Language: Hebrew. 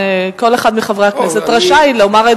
וכל אחד מחברי הכנסת רשאי לומר את